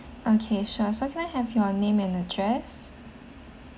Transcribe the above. okay sure so can I have your name and address